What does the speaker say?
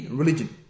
religion